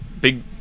big